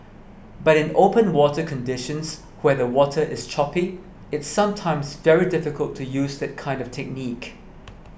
but in open water conditions where the water is choppy it's sometimes very difficult to use that kind of technique